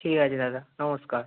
ঠিক আছে দাদা নমস্কার